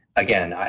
again,